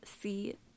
see